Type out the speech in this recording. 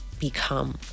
become